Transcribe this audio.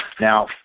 now